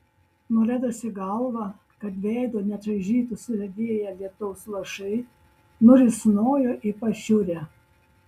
nuleidusi galvą kad veido nečaižytų suledėję lietaus lašai nurisnojo į pašiūrę